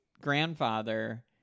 grandfather